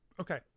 okay